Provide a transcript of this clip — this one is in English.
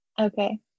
Okay